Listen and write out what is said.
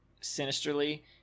sinisterly